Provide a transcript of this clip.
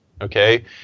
Okay